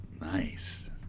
Nice